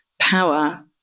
power